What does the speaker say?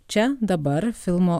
čia dabar filmo